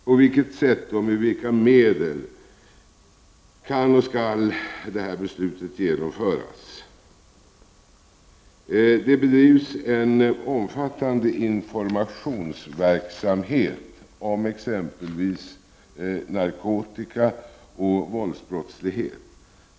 På vilket sätt och med vilka medel kan och skall det här beslutet genomföras? Det bedrivs en omfattande informationsverksamhet om exempelvis narkotikaoch våldsbrottslighet.